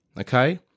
okay